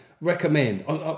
recommend